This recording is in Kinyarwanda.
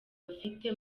afite